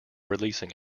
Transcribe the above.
releasing